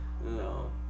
No